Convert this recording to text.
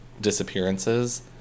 disappearances